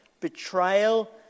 betrayal